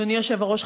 אדוני היושב-ראש,